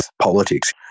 politics